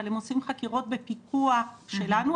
אבל הם עושים חקירות בפיקוח שלנו.